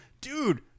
dude